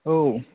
औ